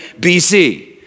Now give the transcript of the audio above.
BC